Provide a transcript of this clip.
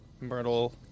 Myrtle